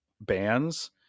bands